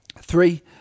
Three